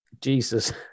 Jesus